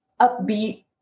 upbeat